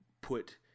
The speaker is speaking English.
put